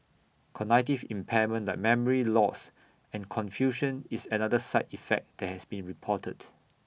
cognitive impairment like memory loss and confusion is another side effect that has been reported